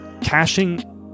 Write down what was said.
caching